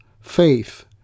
faith